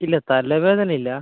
ഇല്ല തലവേദന ഇല്ല